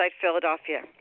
Philadelphia